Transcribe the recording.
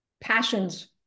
passions